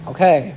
Okay